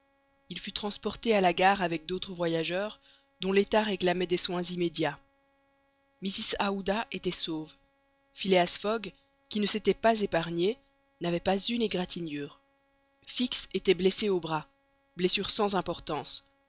il fut transporté à la gare avec d'autres voyageurs dont l'état réclamait des soins immédiats mrs aouda était sauve phileas fogg qui ne s'était pas épargné n'avait pas une égratignure fix était blessé au bras blessure sans importance